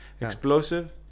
explosive